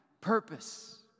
purpose